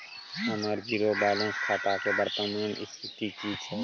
हमर zero balance खाता के वर्तमान स्थिति की छै?